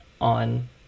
on